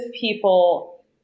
people